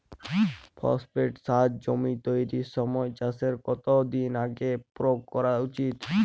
Phosphate সার জমি তৈরির সময় চাষের কত দিন আগে প্রয়োগ করা উচিৎ?